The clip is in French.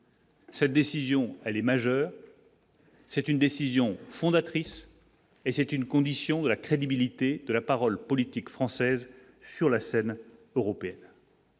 Cette décision elle est majeure. C'est une décision fondatrice et c'est une condition de la crédibilité de la parole politique française sur la scène européens.